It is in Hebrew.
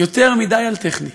יותר מדי על טכני,